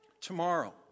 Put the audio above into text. tomorrow